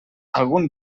algun